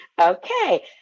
Okay